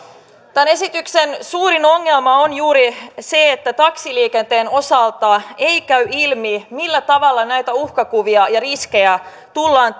tämän esityksen suurin ongelma on juuri se että taksiliikenteen osalta ei käy ilmi millä tavalla näitä uhkakuvia ja riskejä tullaan